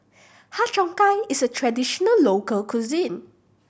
Har Cheong Gai is a traditional local cuisine